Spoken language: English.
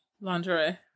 Lingerie